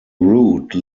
route